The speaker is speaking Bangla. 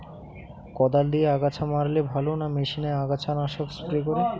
কদাল দিয়ে আগাছা মারলে ভালো না মেশিনে আগাছা নাশক স্প্রে করে?